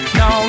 no